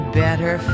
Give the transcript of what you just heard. better